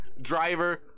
driver